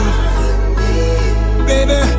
Baby